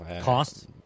Cost